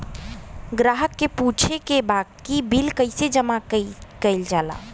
ग्राहक के पूछे के बा की बिल जमा कैसे कईल जाला?